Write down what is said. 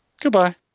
Goodbye